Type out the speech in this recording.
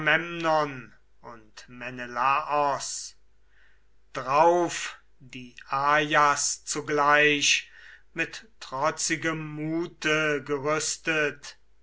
held diomedes drauf die ajas zugleich mit trotzigem mute gerüstet